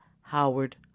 Howard